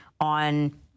on